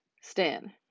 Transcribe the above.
Stan